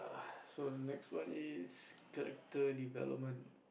so the next one is the the development